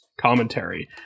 commentary